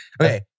Okay